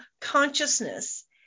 consciousness